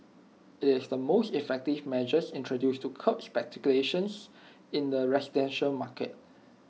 IT is the most effective measure introduced to curb speculation in the residential market